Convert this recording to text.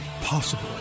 possible